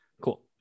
Cool